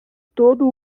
todo